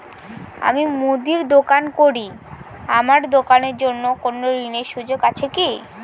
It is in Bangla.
আমি মুদির দোকান করি আমার দোকানের জন্য কোন ঋণের সুযোগ আছে কি?